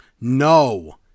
no